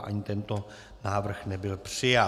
Ani tento návrh nebyl přijat.